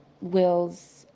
Will's